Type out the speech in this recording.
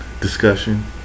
discussion